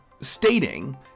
stating